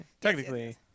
Technically